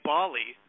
Bali